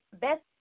Best